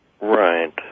Right